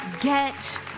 get